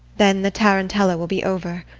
then the tarantella will be over.